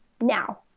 now